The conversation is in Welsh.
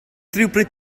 rhywbryd